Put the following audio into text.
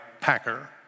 Packer